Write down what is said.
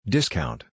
Discount